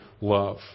love